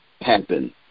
happen